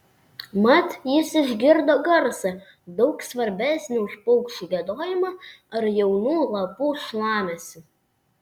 mat jis išgirdo garsą daug svarbesnį už paukščių giedojimą ar jaunų lapų šlamesį